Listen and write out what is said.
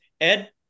Ed